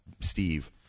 Steve